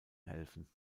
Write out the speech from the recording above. helfen